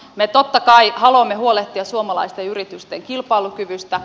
me totta kai haluamme huolehtia suomalaisten yritysten kilpailukyvystä